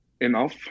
enough